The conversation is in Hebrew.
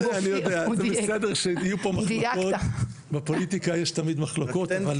פה מחלוקות, בפוליטיקה יש תמיד מחלוקות.